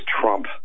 Trump